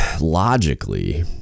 logically